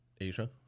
Asia